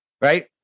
right